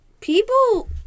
people